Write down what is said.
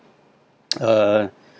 uh